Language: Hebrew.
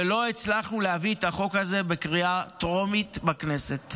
ולא הצלחנו להביא את החוק הזה בקריאה טרומית בכנסת,